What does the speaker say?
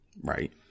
Right